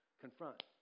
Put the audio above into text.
confront